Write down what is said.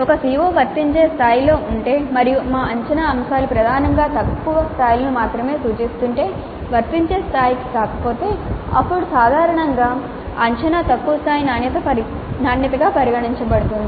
ఒక CO వర్తించే స్థాయిలో ఉంటే మరియు మా అంచనా అంశాలు ప్రధానంగా తక్కువ స్థాయిలను మాత్రమే సూచిస్తుంటే వర్తించే స్థాయికి కాకపోతే అప్పుడు సాధారణంగా అంచనా తక్కువస్థాయి నాణ్యతగా పరిగణించబడుతుంది